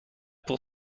pour